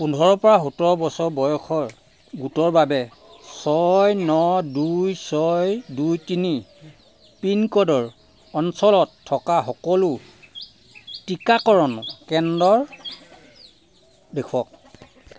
পোন্ধৰ পা সোতৰ বছৰ বয়সৰ গোটৰ বাবে ছয় ন দুই ছয় দুই তিনি পিনক'ডৰ অঞ্চলত থকা সকলো টীকাকৰণ কেন্দ্ৰৰ দেখুৱাওক